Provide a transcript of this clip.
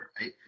right